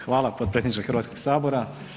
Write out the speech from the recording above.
Hvala potpredsjedniče Hrvatskog sabora.